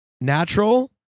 natural